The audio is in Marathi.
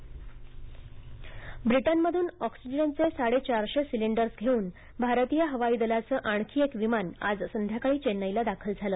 ब्रिटन ऑक्सिजन ब्रिटनमधून ऑक्सिजनचे साडे चारशे सिलेंडर्स घेऊन भारतीय हवाई दलाचं आणखी एकविमान आजसंध्याकाळी चेन्नईला दाखल झालं